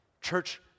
Church